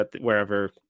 wherever